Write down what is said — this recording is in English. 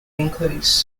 includes